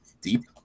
deep